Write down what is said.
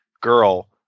girl